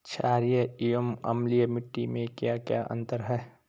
छारीय एवं अम्लीय मिट्टी में क्या क्या अंतर हैं?